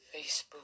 Facebook